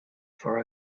for